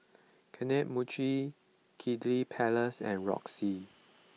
Kane Mochi Kiddy Palace and Roxy